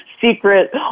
secret